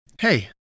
Hey